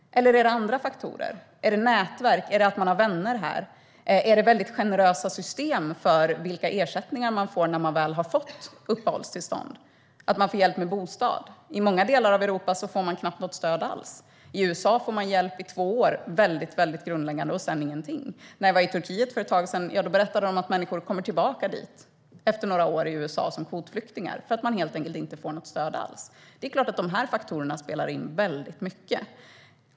Eller är det andra faktorer? Är det nätverk, att man har vänner här? Är det väldigt generösa system för vilka ersättningar man får när man väl har fått uppehållstillstånd och att man får hjälp med bostad? I många delar av Europa får man knappt något stöd alls. I USA får man väldigt grundläggande hjälp i två år, och sedan får man ingenting. När jag var i Turkiet för ett tag sedan berättade man att människor kommer tillbaka dit efter några år som kvotflyktingar i USA, för att de inte har fått något stöd alls. Det är klart att dessa faktorer spelar in mycket.